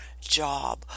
job